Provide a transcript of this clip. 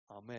Amen